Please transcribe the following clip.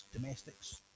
domestics